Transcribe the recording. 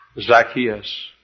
Zacchaeus